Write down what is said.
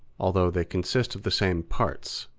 although they consist of the same parts